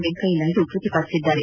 ವೆಂಕಯ್ತ ನಾಯ್ದು ಪ್ರತಿಪಾದಿಸಿದ್ದಾರೆ